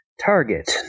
target